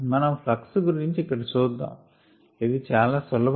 మనం ఫ్లక్స్ గురించి ఇక్కడ చూద్దాం ఇది చాలా సులభం